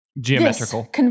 Geometrical